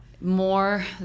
More